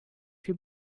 viel